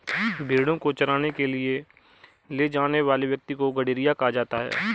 भेंड़ों को चराने के लिए ले जाने वाले व्यक्ति को गड़ेरिया कहा जाता है